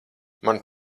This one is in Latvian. man